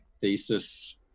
thesis